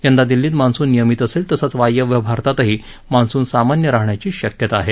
यंदा दिल्लीत मान्सून नियमित असेल तसंच वायव्य भारतातही मान्सून सामान्य राहण्याची शक्यता आहे